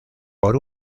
por